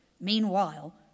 Meanwhile